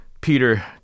Peter